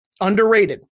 Underrated